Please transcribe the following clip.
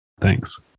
Thanks